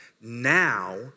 Now